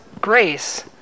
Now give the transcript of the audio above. grace